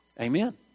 Amen